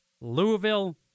Louisville